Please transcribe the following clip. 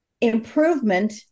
improvement